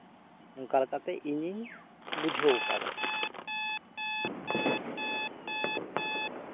ᱚᱱᱠᱟ ᱞᱮᱠᱟᱛᱮ ᱤᱧᱤᱧ ᱵᱩᱡᱷᱟᱹᱣ ᱟᱠᱟᱫᱟ